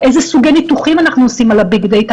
איזה סוגי ניתוחים אנחנו עושים על מאגרי המידע.